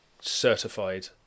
certified